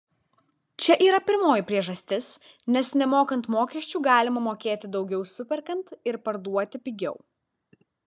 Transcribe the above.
čia yra pirmoji priežastis nes nemokant mokesčių galima mokėt daugiau superkant ir parduoti pigiau